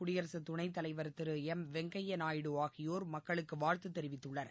குடியரசு துணைத் தலைவர் திரு எம் வெங்கைய நாயுடு ஆகியோர் மக்களுக்கு வாழ்த்து தெரிவித்துள்ளனர்